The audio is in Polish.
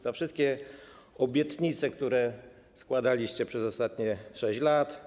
Za wszystkie obietnice, które składaliście przez ostatnie 6 lat.